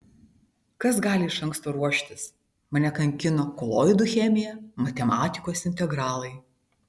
kas gali iš anksto ruoštis mane kankino koloidų chemija matematikos integralai